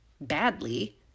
badly